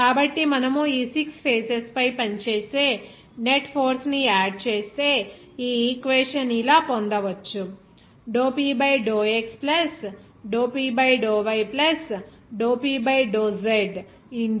కాబట్టి మనము ఈ 6 ఫేసెస్ పై పనిచేసే నెట్ ఫోర్స్ ని యాడ్ చేస్తే ఈ ఈక్వేషన్ ని ఇలా పొందవచ్చు Px Py Pzdx dy dz